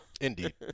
Indeed